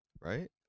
right